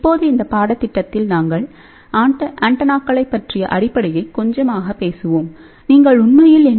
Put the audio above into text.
இப்போது இந்த பாடத்திட்டத்தில் நாங்கள் ஆண்டெனாக்களைப் பற்றிய அடிப்படையை கொஞ்சமாக பேசுவோம் நீங்கள் உண்மையில் என்